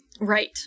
Right